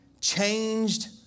changed